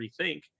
rethink